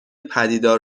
پدیدار